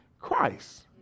Christ